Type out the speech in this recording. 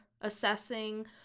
assessing